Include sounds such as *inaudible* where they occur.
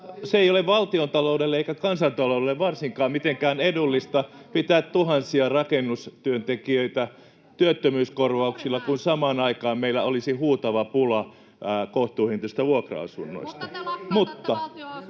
Se ei ole valtiontaloudelle eikä kansantaloudelle varsinkaan mitenkään edullista pitää tuhansia rakennustyöntekijöitä työttömyyskorvauksilla, kun samaan aikaan meillä olisi huutava pula kohtuuhintaista vuokra-asunnoista. *noise*